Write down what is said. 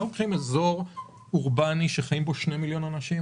אנחנו לוקחים אזור אורבני שחיים בו 2 מיליון אנשים.